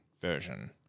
version